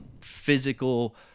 physical